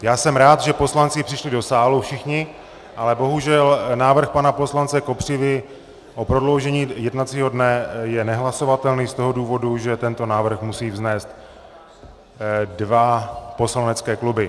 Já jsem rád, že poslanci přišli do sálu všichni, ale bohužel návrh pana poslance Kopřivy o prodloužení jednacího dne je nehlasovatelný z toho důvodu, že tento návrh musí vznést dva poslanecké kluby.